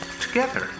together